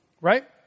right